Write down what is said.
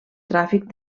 tràfic